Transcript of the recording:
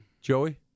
Joey